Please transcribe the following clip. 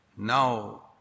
Now